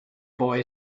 boy